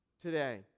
today